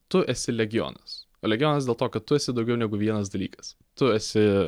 tu esi legionas legionas dėl to kad tu esi daugiau negu vienas dalykas tu esi